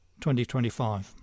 2025